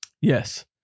Yes